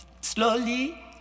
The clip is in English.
slowly